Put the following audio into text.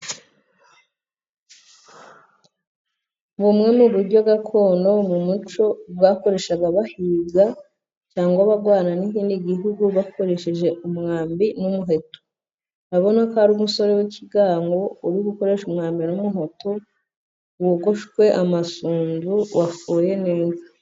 Bumwe mu buryo gakondo mu muco, bwakoreshaga bahiga ,cyangwa barwana n'ikindi gihugu ,bakoresheje umwambi n'umuheto . Urabona ko ari umusore w'ibigango uri gukoresha umwambi n'umuheto, wogoshwe amasunzu wafoye neza.